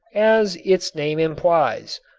as its name implies,